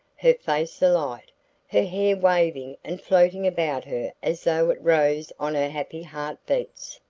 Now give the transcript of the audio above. her face alight, her hair waving and floating about her as though it rose on her happy heart-beats.